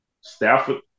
Stafford